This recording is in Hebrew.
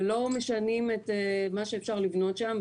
ולא משנים את מה שאפשר לבנות שם.